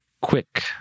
quick